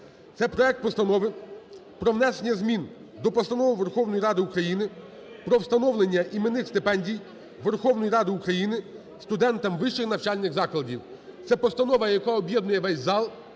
Це проект Постанови про внесення змін до Постанови Верховної Ради України "Про встановлення іменних стипендій Верховної Ради України студентам вищих навчальних закладів". Це постанова, яка об'єднує весь зал.